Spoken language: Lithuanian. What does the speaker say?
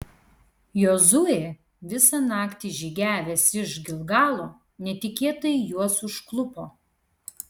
jozuė visą naktį žygiavęs iš gilgalo netikėtai juos užklupo